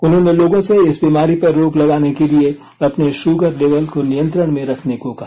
उन्होंने लोगों से इस बीमारी पर रोक लगाने के लिए अपने शुगर लेवल को नियंत्रण में रखने को कहा